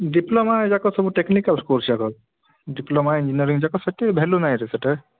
diploma ଯାକ ସବୁ technical course ଯାକ ଡିପ୍ଲୋମା ଇଂଜିନିୟରିଂ ଯାକ ସେତେ ଭ୍ୟାଲୁ ନାଇ ସେ ସେଟା